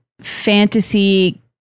fantasy